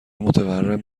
متورم